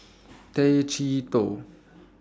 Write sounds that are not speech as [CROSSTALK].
[NOISE] Tay Chee Toh